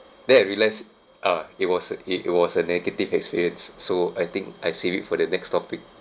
then I realised ah it was a it it was a negative experience so I think I save it for the next topic